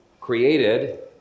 created